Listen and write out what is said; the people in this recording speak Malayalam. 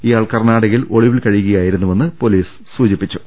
ഇയാൾ കർണാടകയിൽ ഒളിവിൽ കഴിയു കയായിരുന്നുവെന്ന് പൊലീസ് സൂചന നൽകി